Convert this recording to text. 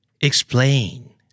explain